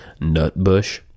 Nutbush